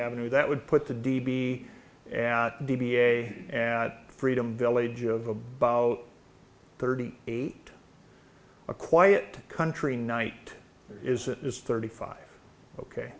avenue that would put the d b a d b a freedom village of about thirty eight a quiet country night is it is thirty five ok